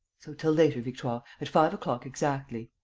so till later, victoire, at five o'clock exactly.